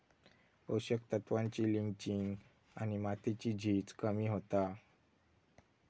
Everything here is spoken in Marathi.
पोषक तत्त्वांची लिंचिंग आणि मातीची झीज कमी होता